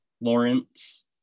Lawrence